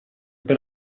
per